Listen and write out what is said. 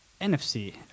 NFC